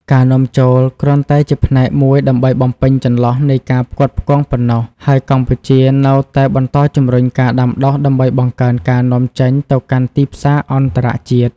ការនាំចូលគ្រាន់តែជាផ្នែកមួយដើម្បីបំពេញចន្លោះនៃការផ្គត់ផ្គង់ប៉ុណ្ណោះ ហើយកម្ពុជានៅតែបន្តជំរុញការដាំដុះដើម្បីបង្កើនការនាំចេញទៅកាន់ទីផ្សារអន្តរជាតិ។